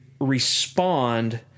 respond